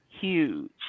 huge